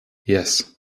yes